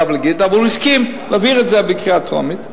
אבל הוא הסכים להעביר את זה בקריאה טרומית,